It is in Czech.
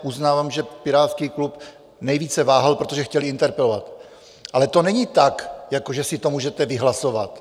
Uznávám, že pirátský klub nejvíce váhal, protože chtěli interpelovat, ale to není tak, že si to můžete vyhlasovat.